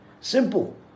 Simple